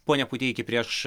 pone puteiki prieš